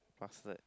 password